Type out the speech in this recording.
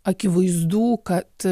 akivaizdu kad